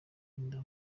inda